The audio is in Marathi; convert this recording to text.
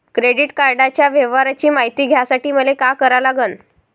क्रेडिट कार्डाच्या व्यवहाराची मायती घ्यासाठी मले का करा लागन?